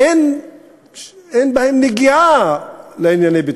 אין בהן נגיעה בענייני ביטחון.